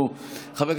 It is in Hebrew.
אינו נוכח,